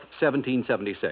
1776